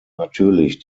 natürlich